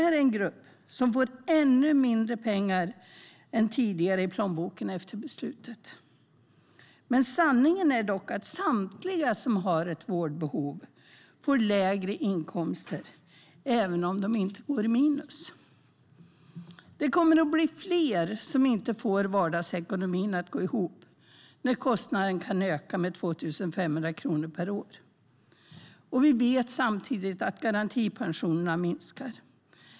Det är den grupp som får ännu mindre pengar än tidigare i plånboken efter beslutet. Men sanningen är dock att samtliga som har ett vårdbehov får lägre inkomster även om de inte går minus. Det kommer att bli fler som inte får vardagsekonomin att gå ihop när kostnaden kan öka med 2 500 kronor per år. Vi vet samtidigt att garantipensionerna minskar.